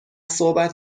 صحبت